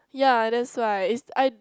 yeah that's why it's I